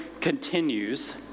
continues